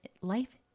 life